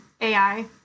AI